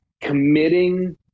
committing